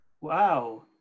Wow